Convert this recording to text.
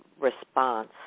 response